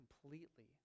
completely